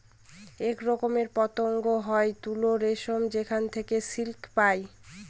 এক রকমের পতঙ্গ হয় তুত রেশম যেখানে থেকে সিল্ক পায়